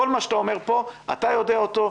כל מה שאתה אומר פה אתה יודע אותו,